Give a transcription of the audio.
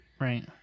Right